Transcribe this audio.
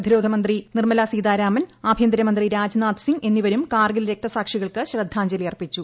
പ്രതിരോധമന്ത്രി നിർമ്മലാ സീതാരാമൻ ആഭ്യന്തരമന്ത്രി രാജ്നാഥ് സിങ് എന്നിവരും കാർഗിൽ രക്തസാക്ഷികൾക്ക് ശ്രദ്ധാഞ്ജലി അർപ്പിച്ചു